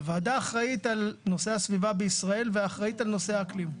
הוועדה אחראית על נושא הסביבה בישראל ואחראית על נושא האקלים.